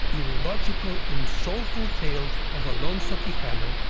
illogical, and soulful tale of alonso quijano,